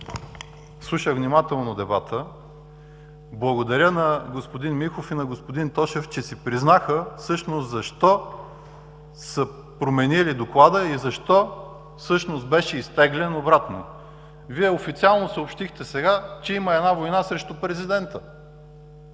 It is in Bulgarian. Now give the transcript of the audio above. Слушах внимателно дебата. Благодаря на господин Михов и на господин Тошев, че си признаха всъщност защо са променили доклада и защо беше изтеглен обратно. Вие официално съобщихте сега, че има война срещу президента.